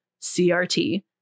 CRT